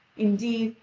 indeed,